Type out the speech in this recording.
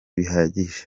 bihagije